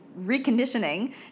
reconditioning